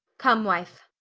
come wife,